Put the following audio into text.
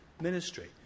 ministry